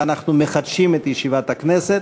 ואנחנו מחדשים את ישיבת הכנסת.